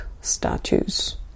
statues